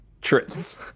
trips